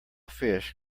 fish